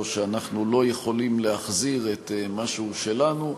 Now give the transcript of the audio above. שאנחנו לא יכולים להחזיר את מה שהוא שלנו.